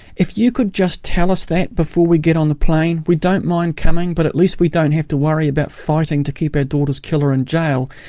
if you could just tell us that before we get on the plane. we don't mind coming, but at least we don't have to worry about fighting to keep our daughter's killer in jail.